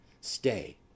stay